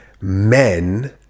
men